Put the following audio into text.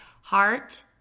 heart